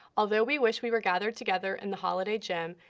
although we wish we were gathered together in the holliday gym,